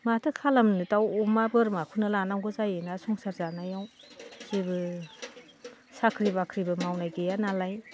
माथो खालामनो दाउ अमा बोरमाखौनो लानांगौ जायोना संसार जानायाव जेबो साख्रि बाख्रिबो मावनाय गैया नालाय